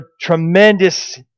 tremendous